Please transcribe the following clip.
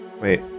Wait